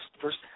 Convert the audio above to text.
first